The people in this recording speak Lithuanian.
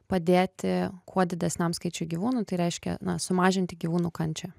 padėti kuo didesniam skaičiui gyvūnų tai reiškia sumažinti gyvūnų kančią